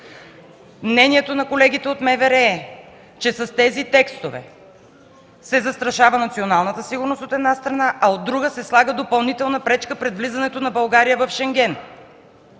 Мнението на колегите от МВР е, че с тези текстове се застрашава националната сигурност, от една страна, а от друга, се слага допълнителна пречка пред влизането на България в Шенген.